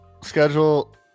Schedule